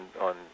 on